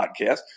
podcast